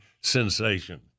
sensation